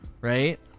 right